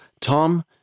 Tom